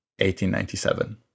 1897